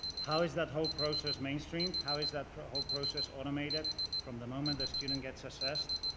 how is that whole process mainstreamed? how is that whole process automated from the moment the student gets assessed,